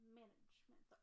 management